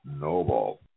Noble